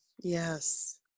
yes